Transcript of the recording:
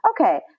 okay